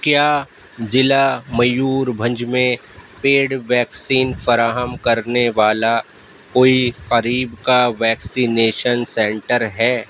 کیا ضلع میوربھنج میں پیڈ ویکسین فراہم کرنے والا کوئی قریب کا ویکسینیشن سنٹر ہے